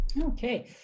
Okay